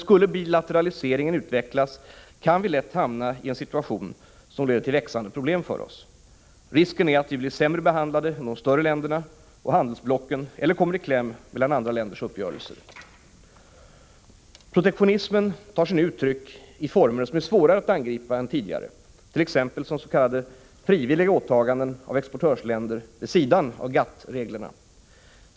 Skulle bilateraliseringen utvecklas kan vi dock lätt hamna i en situation som leder till växande problem för oss. Risken är att vi blir sämre behandlade än de större länderna och handelsblocken eller kommer i kläm mellan andra länders uppgörelser. Protektionismen tar sig nu uttryck i former som är svårare att angripa än tidigare, t.ex. som s.k. frivilliga åtaganden av exportörsländer vid sidan om GATT-reglerna.